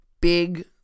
big